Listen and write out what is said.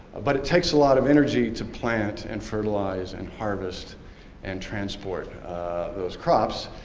but it takes a lot of energy to plant and fertilize and harvest and transport those crops.